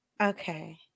Okay